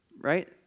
Right